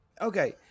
Okay